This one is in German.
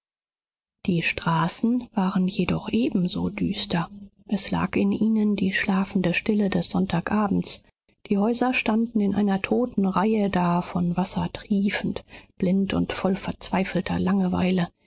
die straßen waren jedoch ebenso düster es lag in ihnen die schlafende stille des sonntagabends die häuser standen in einer toten reihe da von wasser triefend blind und voll verzweifelter langeweile